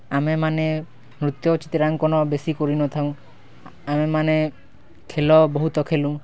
ଆମେମାନେ ନୃତ୍ୟ ଚିତ୍ରାଙ୍କନ ବେଶୀ କରି ନଥାଉଁ ଆମେମାନେ ଖେଲ ବହୁତ ଖେଲୁଁ